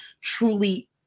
truly